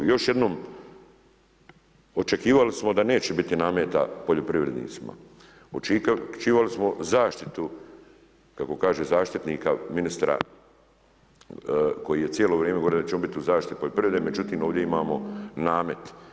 Još jednom, očekivali smo da neće biti nameta poljoprivredicima, očekivali smo zaštitu kako kaže zaštitnika ministra koji je cijelo vrijeme govori da će on biti u zaštiti poljoprivrede međutim ovdje imamo namet.